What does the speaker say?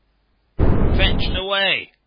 fetched away.